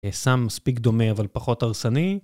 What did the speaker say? סם מספיק דומה אבל פחות הרסני